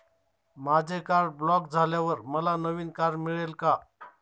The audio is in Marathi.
माझे कार्ड ब्लॉक झाल्यावर मला नवीन कार्ड मिळेल का?